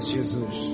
Jesus